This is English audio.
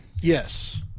Yes